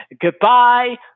goodbye